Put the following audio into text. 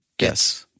Yes